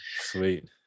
Sweet